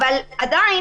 אבל עדיין,